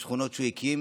או שכונות שהוא הקים.